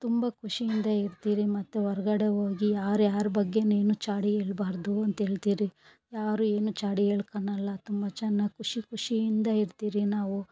ತುಂಬ ಖುಷಿಯಿಂದ ಇರ್ತಿರಿ ಮತ್ತು ಹೊರ್ಗಡೆ ಹೋಗಿ ಯಾರ್ಯಾರ ಬಗ್ಗೆನು ಚಾಡಿ ಹೇಳ್ಬಾರ್ದು ಅಂತೇಳ್ತಿರಿ ಯಾರು ಏನು ಚಾಡಿ ಹೇಳ್ಕೊಳಲ್ಲ ತುಂಬ ಚೆನ್ನಾಗ್ ಖುಷಿ ಖುಷಿಯಿಂದ ಇರ್ತಿರಿ ನಾವು